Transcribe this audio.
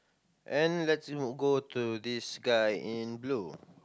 and let's go go to this guy in blue